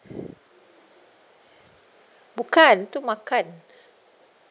bukan to makan